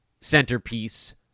centerpiece